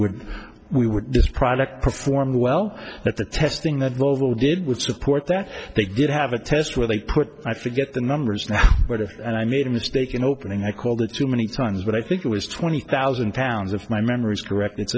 were we were this product perform well at the testing that level did with support that they did have a test where they put i forget the numbers and i made a mistake in opening i called it too many times but i think it was twenty thousand pounds if my memory is correct it's